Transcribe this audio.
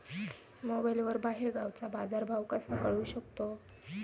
मोबाईलवर बाहेरगावचा बाजारभाव कसा कळू शकतो?